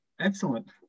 excellent